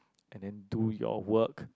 and then do your work